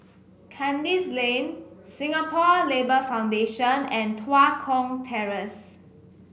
Kandis Lane Singapore Labour Foundation and Tua Kong Terrace